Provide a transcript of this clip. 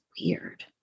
weird